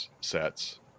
sets